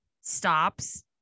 stops